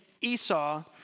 Esau